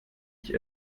ich